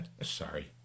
Sorry